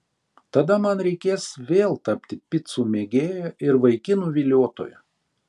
tada man reikės vėl tapti picų mėgėja ir vaikinų viliotoja